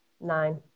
Nine